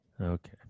Okay